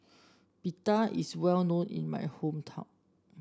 pita is well known in my hometown